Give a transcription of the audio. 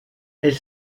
elles